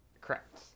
Correct